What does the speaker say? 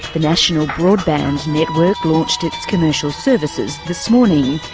the national broadband network launched its commercial services this morning.